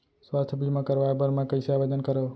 स्वास्थ्य बीमा करवाय बर मैं कइसे आवेदन करव?